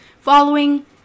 following